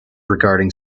regarding